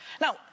Now